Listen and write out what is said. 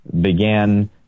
began